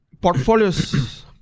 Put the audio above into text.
Portfolios